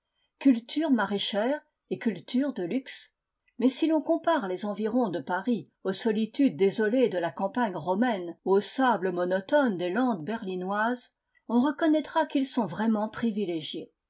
cultures maraîchères et cultures de luxe mais si l'on compare les environs de paris aux solitudes désolées de la campagne romaine ou aux sables monotones des landes berlinoises on reconnaîtra qu'ils sont vraiment privilégiés